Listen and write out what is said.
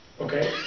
Okay